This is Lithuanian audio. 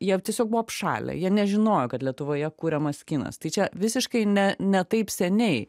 jie tiesiog buvo apšalę jie nežinojo kad lietuvoje kuriamas kinas tai čia visiškai ne ne taip seniai